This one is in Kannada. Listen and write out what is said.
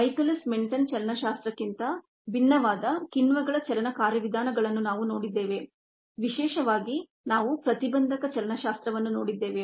ಮೈಕೆಲಿಸ್ ಮೆನ್ಟೆನ್ ಚಲನಶಾಸ್ತ್ರಕ್ಕಿಂತ ಭಿನ್ನವಾದ ಕಿಣ್ವಗಳ ಚಲನ ಕಾರ್ಯವಿಧಾನಗಳನ್ನು ನಾವು ನೋಡಿದ್ದೇವೆ ವಿಶೇಷವಾಗಿ ನಾವು ಪ್ರತಿಬಂಧಕ ಚಲನಶಾಸ್ತ್ರವನ್ನು ನೋಡಿದ್ದೇವೆ